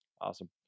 Awesome